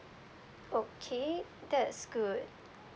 okay that's good